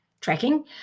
tracking